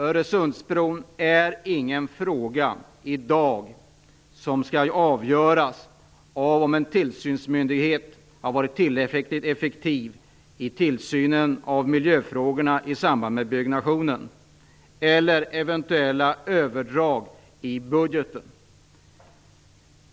Öresundsbron är i dag ingen fråga som skall avgöras av om en tillsynsmyndighet har varit tillräckligt effektiv i tillsynen av miljöfrågorna i samband med byggnationen eller av eventuella överdrag i budgeten.